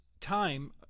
time